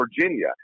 Virginia